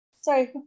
Sorry